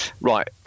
Right